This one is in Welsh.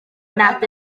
nad